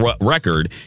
record